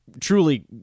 truly